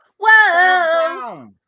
Whoa